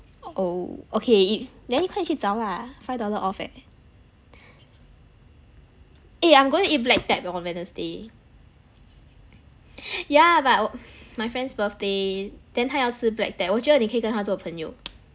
oh okay then 你快点去找 lah five dollar off eh a I'm going eat black tap on wednesday yeah but my friend's birthday then 他要吃 black tap 我觉得你可以跟他做朋友